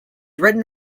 written